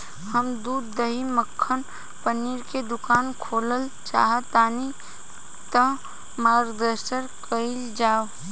हम दूध दही मक्खन पनीर के दुकान खोलल चाहतानी ता मार्गदर्शन कइल जाव?